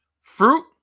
fruit